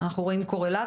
אנחנו רואים קורלציה,